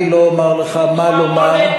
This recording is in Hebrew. אני לא אומר לך מה לומר,